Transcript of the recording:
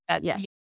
yes